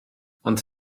ond